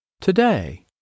today